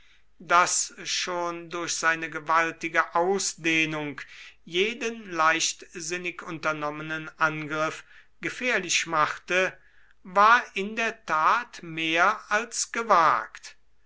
das schon durch seine gewaltige ausdehnung jeden leichtsinnig unternommenen angriff gefährlich machte war in der tat mehr als gewagt